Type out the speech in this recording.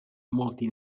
molti